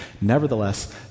Nevertheless